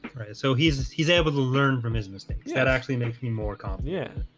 right so he's he's able to learn from his mistakes. that actually makes me more calm. yeah